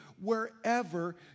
wherever